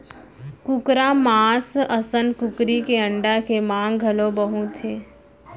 कुकरा मांस असन कुकरी के अंडा के मांग घलौ बहुत हे